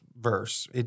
verse